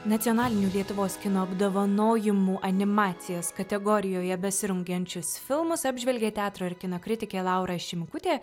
nacionalinių lietuvos kino apdovanojimų animacijos kategorijoje besirungiančius filmus apžvelgė teatro ir kino kritikė laura šimkutė